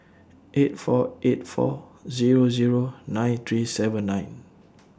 eight four eight four Zero Zero nine three seven nine